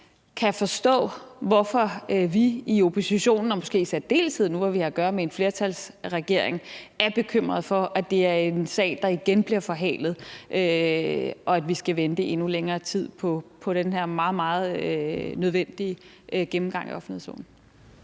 kan forstå, hvorfor vi i oppositionen, og måske i særdeleshed nu, hvor vi har at gøre med en flertalsregering, er bekymrede for, at det er en sag, der igen bliver forhalet, og at vi skal vente endnu længere tid på den her meget, meget nødvendige gennemgang af offentlighedsloven.